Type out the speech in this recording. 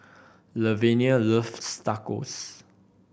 Lavenia loves Tacos